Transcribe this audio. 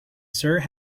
sir